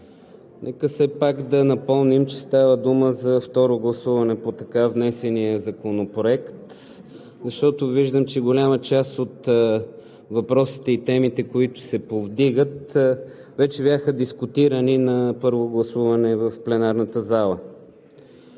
Нека все пак да напомним, че става дума за второ гласуване по така внесения законопроект, защото виждам, че голяма част от въпросите и темите, които се повдигат, вече бяха дискутирани на първо гласуване в пленарната зала.